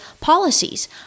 policies